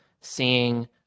seeing